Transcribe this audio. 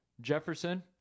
Jefferson